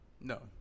No